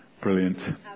brilliant